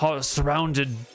surrounded